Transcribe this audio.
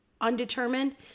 undetermined